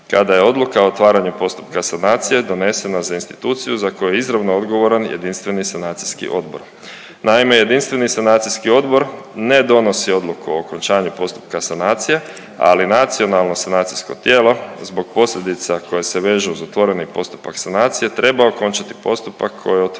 kada je odluka o otvaranju postupka sanacije donesena za instituciju za koju je izravno odgovoran jedinstveni sanacijski odbor. Naime, jedinstveni sanacijski odbor ne donosi odluku o okončanju postupka sanacije ali nacionalno sanacijsko tijelo zbog posljedica koje se vežu uz otvoreni postupak sanacije treba okončati postupak koji je otvorilo.